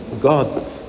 God